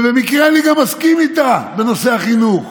ובמקרה אני גם מסכים איתה בנושא החינוך.